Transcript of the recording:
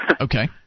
okay